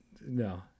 No